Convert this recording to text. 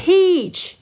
Peach